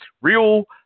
Real